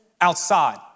outside